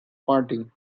party